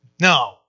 No